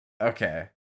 okay